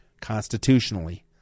constitutionally